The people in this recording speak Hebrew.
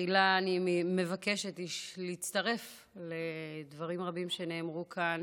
תחילה אני מבקשת להצטרף לדברים רבים שנאמרו כאן,